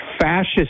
Fascist